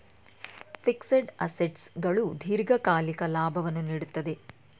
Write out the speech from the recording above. fixed assets ಗಳು ದೀರ್ಘಕಾಲಿಕ ಲಾಭವನ್ನು ನೀಡುತ್ತದೆ